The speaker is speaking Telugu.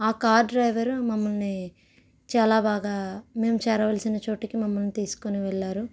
ఆ కార్ డ్రైవర్ మమ్మల్ని చాలా బాగా మేము చేరవలసిన చోటుకి మమ్మల్ని తీసుకుని వెళ్ళారు